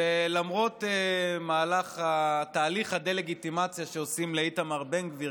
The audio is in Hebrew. ולמרות תהליך הדה-לגיטימציה שעושים לאיתמר בן גביר,